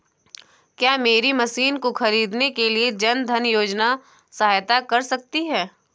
क्या मेरी मशीन को ख़रीदने के लिए जन धन योजना सहायता कर सकती है?